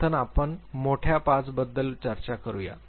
प्रथम आपण मोठ्या 5 बद्दल चर्चा करू या